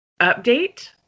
update